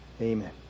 Amen